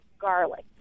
garlic